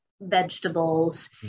vegetables